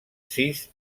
sis